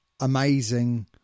amazing